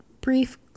brief